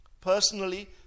personally